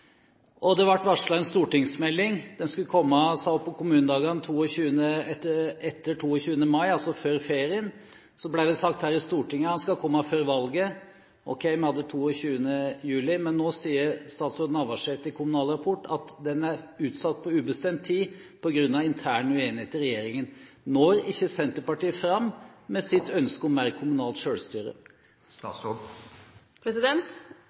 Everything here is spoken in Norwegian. Det ble varslet en stortingsmelding. Den skulle komme – sa hun på Kommunedagene – etter 22. mai, altså før ferien. Så ble det sagt her i Stortinget at den skulle komme før valget. Ok, vi hadde 22. juli, men nå sier statsråd Navarsete i Kommunal Rapport at meldingen er utsatt på ubestemt tid på grunn av intern uenighet i regjeringen. Når ikke Senterpartiet fram med sitt ønske om mer kommunalt